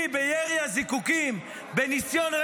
לי, אני רוצה לדבר על עוד "הותר לפרסום".